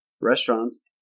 Restaurants